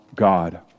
God